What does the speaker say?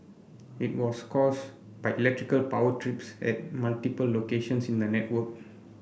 it was caused by electrical power trips at multiple locations in the network